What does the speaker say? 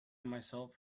myself